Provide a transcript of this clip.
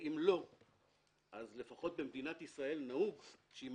ואם לא אז לפחות במדינת ישראל נהוג שאם